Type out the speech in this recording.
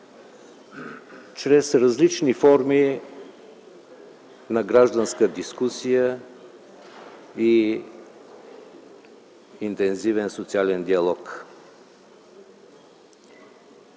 чрез различни форми на гражданска дискусия и интензивен социален диалог.